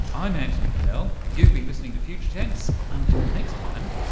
i'm antony funnell, you've been listening to future tense, until next time,